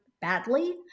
badly